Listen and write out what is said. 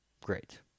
great